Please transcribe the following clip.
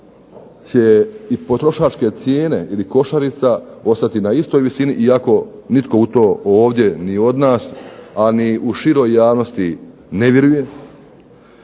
će i potrošačke cijene ili košarica ostati na istoj visini iako nitko ovdje od nas a ni u široj javnosti ne vjeruje,